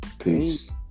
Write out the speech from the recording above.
Peace